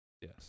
Yes